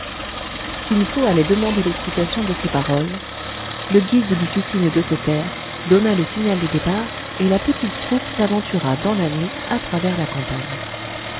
kin fo allait demander l'explication de ces paroles le guide lui fit signe de se taire donna le signal du départ et la petite troupe s'aventura dans la nuit à travers la campagne